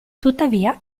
tuttavia